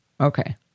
Okay